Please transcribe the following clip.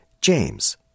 James